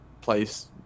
place